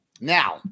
now